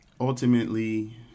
Ultimately